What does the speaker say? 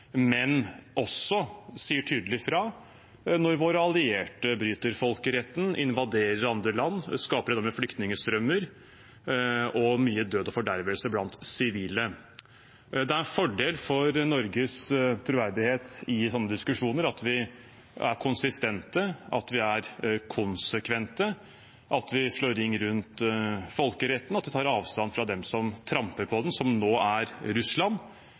men også sier tydelig fra når våre allierte bryter folkeretten, invaderer andre land, skaper enorme flyktningstrømmer og mye død og fordervelse blant sivile. Det er en fordel for Norges troverdighet i slike diskusjoner at vi er konsistente, at vi er konsekvente, og at vi slår ring rundt folkeretten og tar avstand fra dem som tramper på den, som nå er Russland.